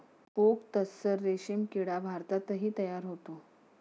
okay तस्सर रेशीम किडा भारतातही तयार होतो